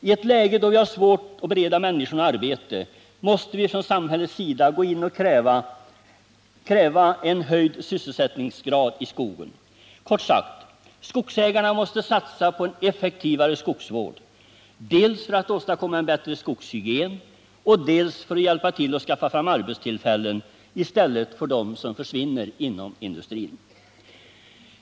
I ett läge då vi har svårt att bereda människorna arbete, måste vi från samhällets sida gå in och kräva en höjd sysselsättningsgrad i skogen. Kort sagt: Skogsägarna måste satsa på en effektivare skogsvård dels för att åstadkomma en bättre skogshygien, dels för att hjälpa till att skaffa fram arbetstillfällen i stället för dem som försvinner inom industrin.